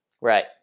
Right